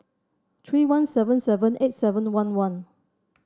three one seven seven eight seven one one